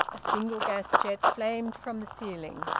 a single gas jet flamed from the ceiling.